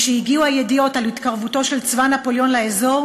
משהגיעו הידיעות על התקרבותו של צבא נפוליאון לאזור,